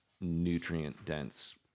nutrient-dense